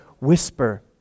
whisper